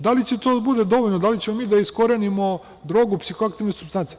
Da li će to da bude dovoljno, da li ćemo mi da iskorenimo drogu, psihoaktivne supstance?